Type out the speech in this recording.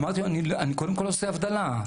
אמרתי, אני קודם כול עושה הבדלה.